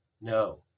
no